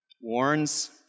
warns